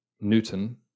Newton